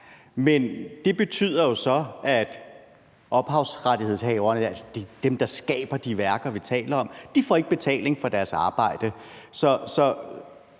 Men det betyder jo så, at ophavsrettighedshaverne, altså dem, der skaber de værker, vi taler om, ikke får betaling for deres arbejde. Så